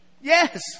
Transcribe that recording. Yes